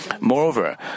Moreover